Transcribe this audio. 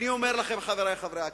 אני אומר לכם, חברי חברי הכנסת,